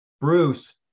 bruce